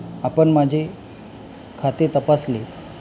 आपण माझे खाते तपासले